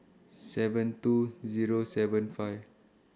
seven two Zero seven five